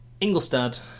Ingolstadt